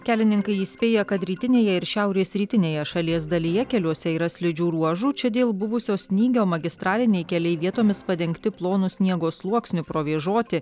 kelininkai įspėja kad rytinėje ir šiaurės rytinėje šalies dalyje keliuose yra slidžių ruožų čia dėl buvusio snygio magistraliniai keliai vietomis padengti plonu sniego sluoksniu provėžoti